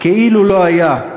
כאילו לא היה,